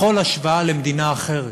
בכל השוואה למדינה אחרת.